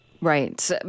Right